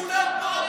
אבל כולם פה.